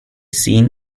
seen